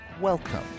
Welcome